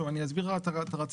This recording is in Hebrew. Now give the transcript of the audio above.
שוב, אני אסביר את הרציונל.